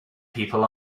people